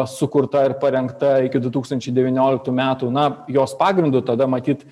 sukurta ir parengta iki du tūkstančiai devynioliktų metų na jos pagrindu tada matyt